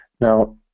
Now